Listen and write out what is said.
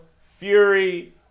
Fury